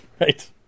Right